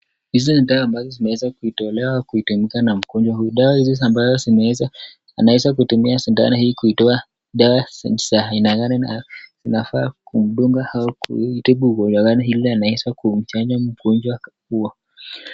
Hizi ni dawa ambazo zimeanza kuitolewa kutumika na mkonjwa huyu. Dawa hizi ambazo anaweza kutumia sindano hii kutoa dawa za aina gani na zinafaa kumdunga au kutibu ugonjwa gani ili anaweza kumchanja mkonjwa huyu.